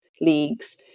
leagues